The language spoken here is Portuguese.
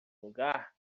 lugar